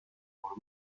por